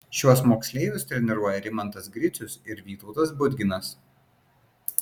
šiuos moksleivius treniruoja rimantas gricius ir vytautas budginas